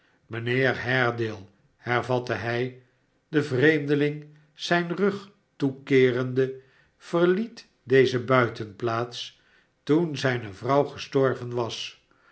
mijnheer haredale hervatte hij den vreemdeling zijn rug toekeerende sverliet deze buitenplaats toen zijne vrouw gestorven was